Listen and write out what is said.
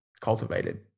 cultivated